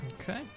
Okay